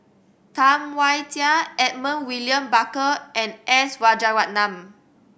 Tam Wai Jia Edmund William Barker and S Rajaratnam